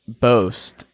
boast